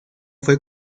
fue